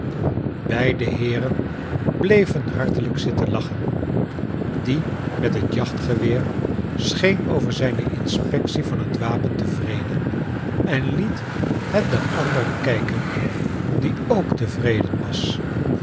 beide heeren bleven hartelijk zitten lachen die met het jachtgeweer scheen over zijne inspectie van het wapen tevreden en liet het den ander kijken die ook tevreden was